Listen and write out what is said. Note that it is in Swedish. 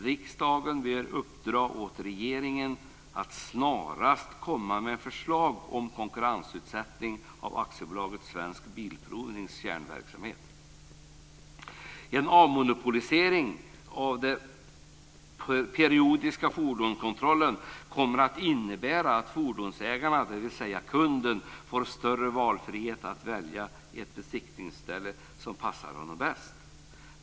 Riksdagen bör uppdra åt regeringen att snarast komma med förslag om en konkurrensutsättning av AB Svensk Bilprovnings kärnverksamhet. En avmonopolisering av den periodiska fordonskontrollen kommer att innebära att fordonsägaren, dvs. kunden, får större valfrihet att välja det besiktningsställe som passar honom bäst.